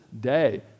day